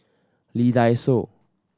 Lee Dai Soh